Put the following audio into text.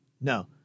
No